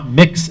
mix